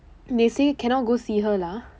they say cannot go see her lah